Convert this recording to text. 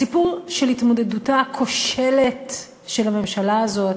הסיפור של התמודדותה הכושלת של הממשלה הזאת